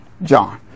John